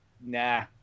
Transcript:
nah